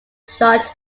shot